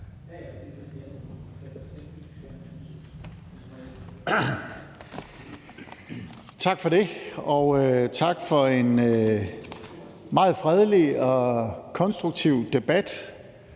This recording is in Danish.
Tak for det. Og tak for en meget fredelig og konstruktiv debat,